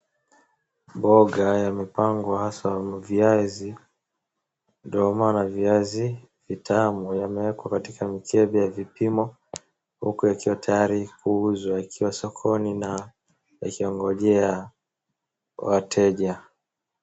Mboga yamepangwa hasaa viazi, ndoma na viazi vitamu, yamewekwa katika mikebe ya vipimo huku yakiwa tayari kuuzwa, yakiwa sokoni na yakiongojea wateja.